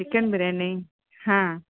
chicken biryani ಹಾಂ